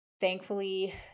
Thankfully